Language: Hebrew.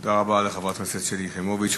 תודה רבה לחברת הכנסת שלי יחימוביץ.